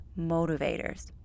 motivators